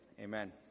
Amen